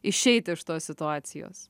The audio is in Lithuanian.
išeit iš tos situacijos